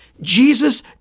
Jesus